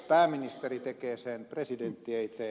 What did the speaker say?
pääministeri tekee sen presidentti ei tee